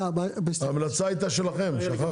אבל ההצעה הייתה שלכם.